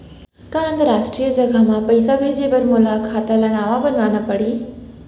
का अंतरराष्ट्रीय जगह म पइसा भेजे बर मोला खाता ल नवा बनवाना पड़ही?